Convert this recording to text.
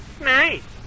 Nice